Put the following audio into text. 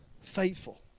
faithful